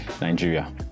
Nigeria